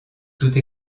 toute